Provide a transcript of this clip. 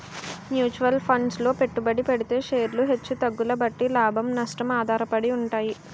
mutual funds లో పెట్టుబడి పెడితే షేర్లు హెచ్చు తగ్గుల బట్టి లాభం, నష్టం ఆధారపడి ఉంటాయి